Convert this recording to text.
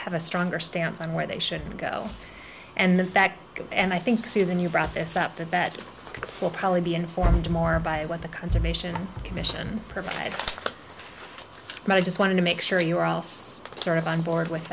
have a stronger stance on where they should go and that and i think susan you brought this up that that will probably be informed more by what the conservation commission perf but i just wanted to make sure you were else sort of on board with